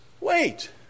wait